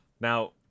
Now